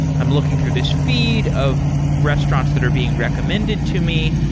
i'm looking through this feed of restaurants that are being recommended to me.